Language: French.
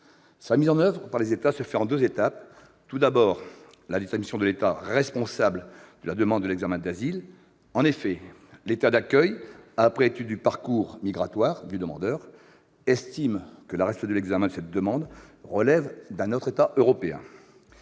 Sa mise en oeuvre par les États se fait en deux étapes. Tout d'abord, la détermination de l'État responsable de l'examen de la demande d'asile : en effet, l'État d'accueil, après étude du parcours migratoire du demandeur, peut estimer que la responsabilité de l'examen de cette demande relève d'un autre État européen.